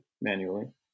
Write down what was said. manually